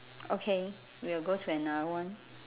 okay we will go to another one